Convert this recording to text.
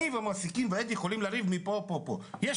אני אדי והמעסיקים יכולים לריב מפה עד הודעה חדשה,